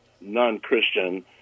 non-Christian